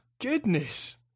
goodness